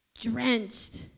Drenched